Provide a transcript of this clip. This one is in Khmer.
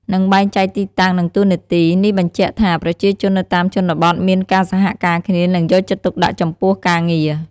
និងបែងចែកទីតាំងនិងតួនាទី នេះបញ្ជាក់ថាប្រជាជននៅតាមជនបទមានការសហការគ្នានិងយកចិត្តទុកដាក់ចំពោះការងារ។